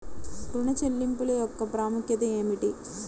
ఋణ చెల్లింపుల యొక్క ప్రాముఖ్యత ఏమిటీ?